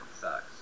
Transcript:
sucks